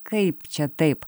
kaip čia taip